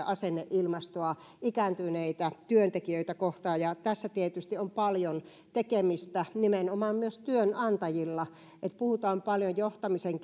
asenneilmastoa ikääntyneitä työntekijöitä kohtaan ja tässä tietysti on paljon tekemistä nimenomaan myös työnantajilla puhutaan paljon johtamisen